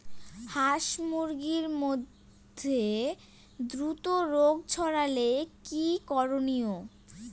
হাস মুরগির মধ্যে দ্রুত রোগ ছড়ালে কি করণীয়?